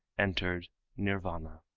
entered nirvana.